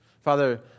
Father